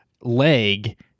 leg